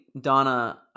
Donna